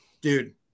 Dude